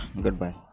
goodbye